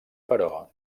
però